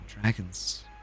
dragons